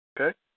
Okay